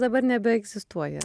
dabar nebeegzistuoja